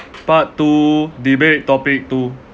part two debate topic two